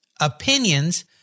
opinions